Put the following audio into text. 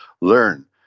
learn